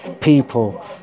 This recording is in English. people